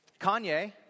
Kanye